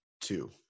Two